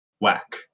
whack